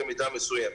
במידה מסוימת.